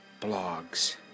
blogs